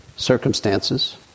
Circumstances